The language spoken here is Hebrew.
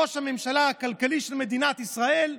ראש הממשלה הכלכלי של מדינת ישראל,